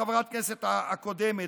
חברת הכנסת הקודמת.